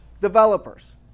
Developers